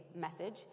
message